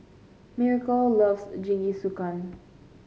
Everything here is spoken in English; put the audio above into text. Miracle loves Jingisukan